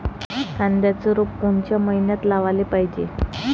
कांद्याचं रोप कोनच्या मइन्यात लावाले पायजे?